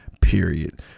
Period